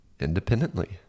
Independently